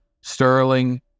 Sterling